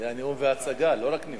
היה נאום והצגה, לא רק נאום.